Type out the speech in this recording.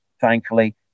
thankfully